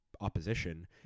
opposition